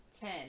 Ten